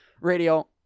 radio